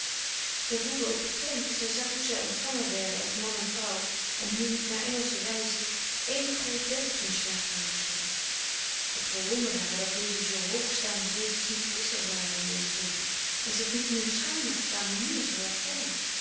zij voelde ook beklemd als zij zag hoe zij ontvangen werden als man en vrouw en hoe naar engelsche wijze één groot breed bed op hun slaapkamer stond het verwonderde haar dat deze zoo hoog staande wezens niet kiescher waren in deze dingen en zich niet meer schamen voor kameniers en